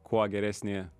kuo geresnį